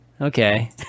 Okay